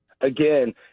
again